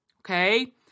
Okay